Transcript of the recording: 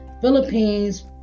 Philippines